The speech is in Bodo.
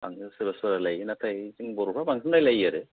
सोरबा सोरबा रायलायो नाथाय जों बर'फ्रानो बांसिन रायलायो आरो